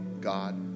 God